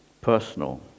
Personal